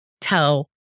tell